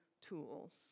Tools